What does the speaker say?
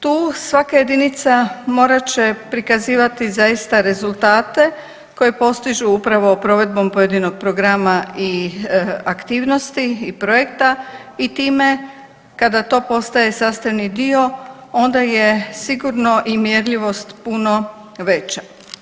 Tu svaka jedinica morat će prikazivati zaista rezultate koje postižu upravo provedbom pojedinog programa i aktivnosti i projekta i time kada to postaje sastavni dio onda je sigurno i mjerljivost puno veća.